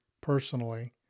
personally